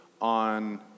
on